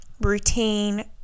routine